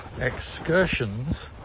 excursions